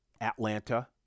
Atlanta